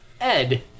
Ed